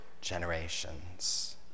generations